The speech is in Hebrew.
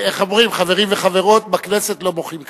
חברים וחברות, בכנסת לא מוחאים כפיים,